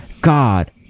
God